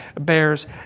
bears